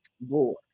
board